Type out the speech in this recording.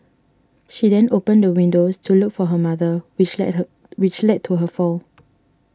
she then opened the windows to look for her mother which led her which led to her fall